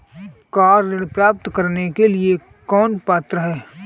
Car ऋण प्राप्त करने के लिए कौन पात्र है?